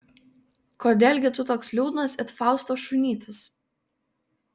kodėl gi tu toks liūdnas it fausto šunytis